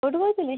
କୋଉଠୁ କହୁଥିଲେ